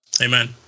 amen